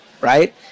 right